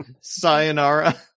Sayonara